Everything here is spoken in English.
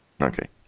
Okay